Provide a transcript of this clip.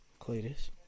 Cletus